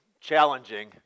challenging